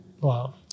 Wow